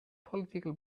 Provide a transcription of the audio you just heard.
political